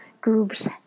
Group's